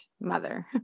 mother